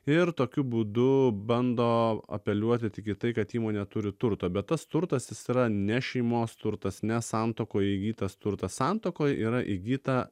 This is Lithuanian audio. ir tokiu būdu bando apeliuoti tik į tai kad įmonė turi turto bet tas turtas jis yra ne šeimos turtas ne santuokoj įgytas turtas santuokoj yra įgyta